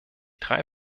drei